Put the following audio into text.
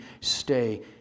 stay